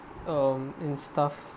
um in stuff